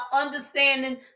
understanding